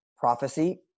Prophecy